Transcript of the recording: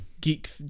Geek